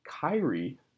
Kyrie